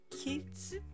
kids